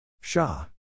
Shah